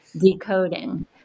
decoding